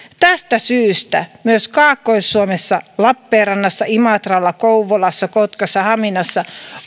tästä syystä myös kaakkois suomessa lappeenrannassa imatralla kouvolassa kotkassa haminassa